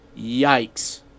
yikes